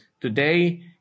Today